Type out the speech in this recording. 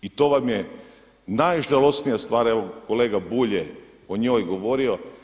I to vam je najžalosnija stvar, evo kolega Bulj je o njoj govorio.